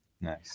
Nice